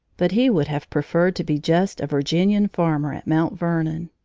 but he would have preferred to be just a virginian farmer at mount vernon.